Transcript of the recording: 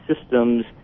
systems